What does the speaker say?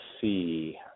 see